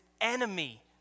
enemy